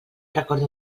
recordo